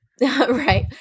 right